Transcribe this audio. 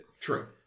true